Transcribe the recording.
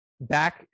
back